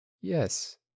Yes